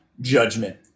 judgment